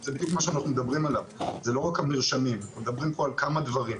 זה בדיוק מה שאנחנו מדברים עליו; אנחנו מדברים פה על כמה דברים,